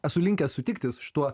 esu linkęs sutikti su šituo